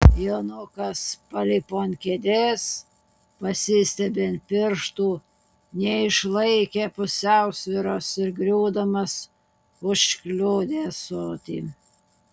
jonukas palipo ant kėdės pasistiepė ant pirštų neišlaikė pusiausvyros ir griūdamas užkliudė ąsotį